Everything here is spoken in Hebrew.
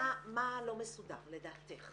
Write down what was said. מה לא מסודר לדעתך?